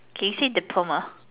can see the Puma